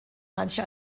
manche